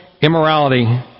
immorality